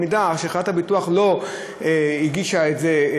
אם חברת הביטוח לא הגישה את זה,